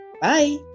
Bye